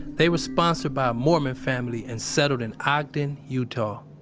they were sponsored by a mormon family and settled in ogden, utah.